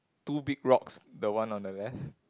two big rocks the one on the left